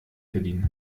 verdienen